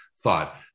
thought